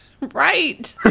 Right